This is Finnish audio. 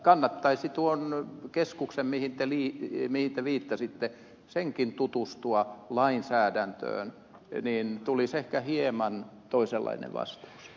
kannattaisi tuon keskuksenkin mihin te viittasitte tutustua lainsäädäntöön niin tulisi ehkä hieman toisenlainen vastaus